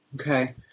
Okay